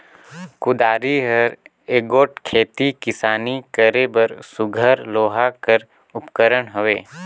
कुदारी हर एगोट खेती किसानी करे बर सुग्घर लोहा कर उपकरन हवे